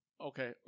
Okay